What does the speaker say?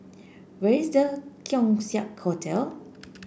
where is The Keong Saik Hotel